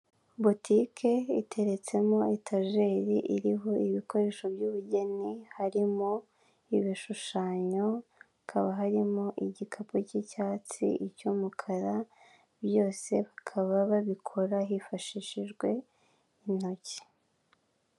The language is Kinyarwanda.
botike iteretsemo etajeri iriho ibikoresho by'ubugeni harimo ibishushanyo hakaba harimo igikapu cy'icyatsi icy'umukara byose bakaba babikora hifashishijwe intoki.